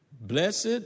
Blessed